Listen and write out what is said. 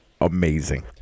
amazing